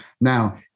Now